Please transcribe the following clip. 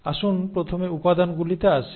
আসুন প্রথমে উপাদানগুলিতে আসি